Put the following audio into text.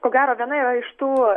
ko gero viena yra iš tų